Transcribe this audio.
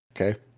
Okay